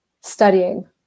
studying